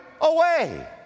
away